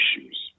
issues